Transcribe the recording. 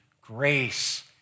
grace